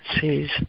sees